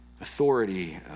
authority